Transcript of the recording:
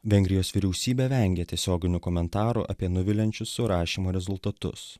vengrijos vyriausybė vengia tiesioginių komentarų apie nuviliančius surašymo rezultatus